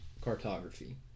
Cartography